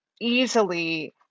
easily